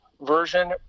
version